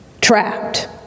Trapped